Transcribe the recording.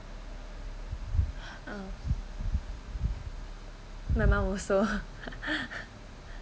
uh my mum also